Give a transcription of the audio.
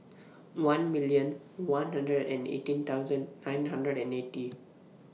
one million one hundred and eighteen thousand nine hundred and eighty